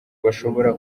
bashobora